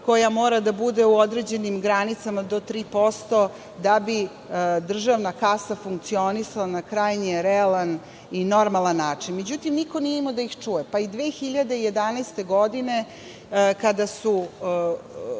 koja mora da bude u određenim granicama do 3% da bi državna kasa funkcionisala na krajnje realan i normalan način.Međutim, niko nije imao da ih čuje, pa i 2011. godine kada je